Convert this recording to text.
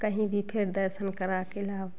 कहीं भी फिर दर्शन करा के लाओ